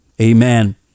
Amen